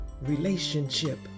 relationship